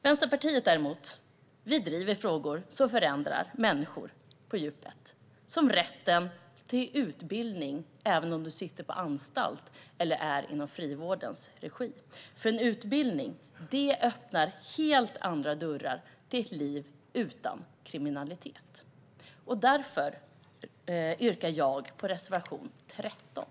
Vänsterpartiet däremot driver frågor som förändrar människor på djupet, som rätten till utbildning även till den som sitter på anstalt eller är inom frivården. En utbildning öppnar nämligen helt andra dörrar till ett liv utan kriminalitet. Därför yrkar jag bifall till reservation 13.